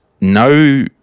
no